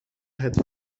het